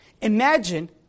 Imagine